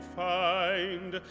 find